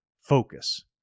focus